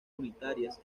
unitarias